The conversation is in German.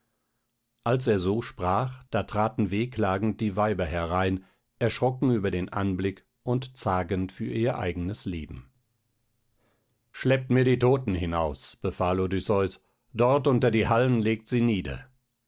als er so sprach da traten wehklagend die weiber herein erschrocken über den anblick und zagend für ihr eignes leben schleppt mir die toten hinaus befahl odysseus dort unter die hallen legt sie nieder